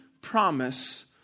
promise